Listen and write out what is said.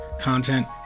content